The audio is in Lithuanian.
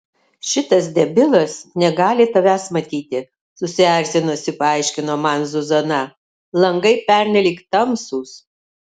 šitas debilas negali tavęs matyti susierzinusi paaiškino man zuzana langai pernelyg tamsūs